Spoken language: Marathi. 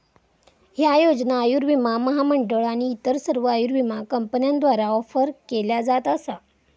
ह्या योजना आयुर्विमा महामंडळ आणि इतर सर्व आयुर्विमा कंपन्यांद्वारा ऑफर केल्या जात असा